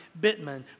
Bittman